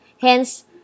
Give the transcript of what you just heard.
Hence